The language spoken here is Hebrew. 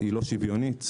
לא שוויונית.